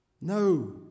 No